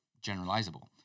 generalizable